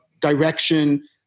direction